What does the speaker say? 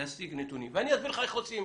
להשיג נתונים, ואני אסביר לך איך עושים.